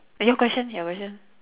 your question your question